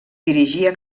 dirigia